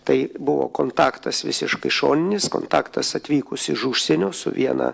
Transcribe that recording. tai buvo kontaktas visiškai šoninis kontaktas atvykus iš užsienio su viena